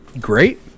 great